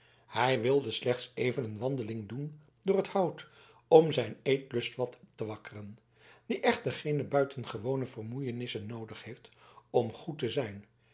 hij wilde slechts even een wandeling doen door den hout om zijn eetlust wat op te wakkeren die echter geene buitengewone vermoeienissen noodig heeft om goed te zijn